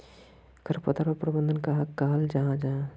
खरपतवार प्रबंधन कहाक कहाल जाहा जाहा?